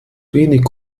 wenig